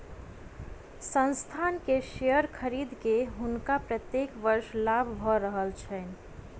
संस्थान के शेयर खरीद के हुनका प्रत्येक वर्ष लाभ भ रहल छैन